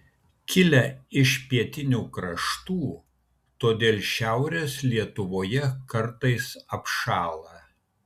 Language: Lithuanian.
kilę iš pietinių kraštų todėl šiaurės lietuvoje kartais apšąla